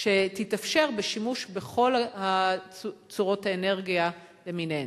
שתתאפשר בשימוש בכל צורות האנרגיה למיניהן.